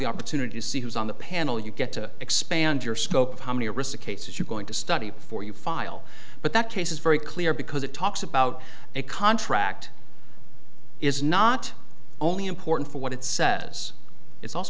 the opportunity to see who's on the panel you get to expand your scope of how many arista cases you're going to study before you file but that case is very clear because it talks about a contract is not only important for what it says it's also